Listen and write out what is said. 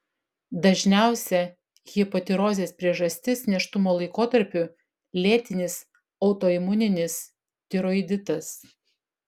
dažniausia hipotirozės priežastis nėštumo laikotarpiu lėtinis autoimuninis tiroiditas